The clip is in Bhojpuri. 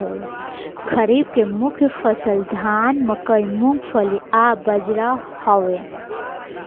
खरीफ के मुख्य फसल धान मकई मूंगफली आ बजरा हवे